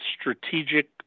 strategic